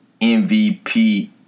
MVP